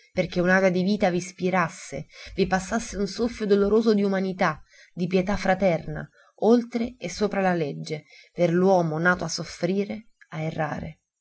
perché un'aura di vita vi spirasse vi passasse un soffio doloroso di umanità di pietà fraterna oltre e sopra la legge per l'uomo nato a soffrire a errare